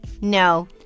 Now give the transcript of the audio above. No